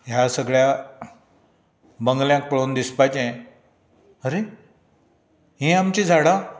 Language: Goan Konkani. ह्या सगळ्या बंगल्याक पळोवन दिसपाचे अरे ही आमची झाडां